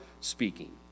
speaking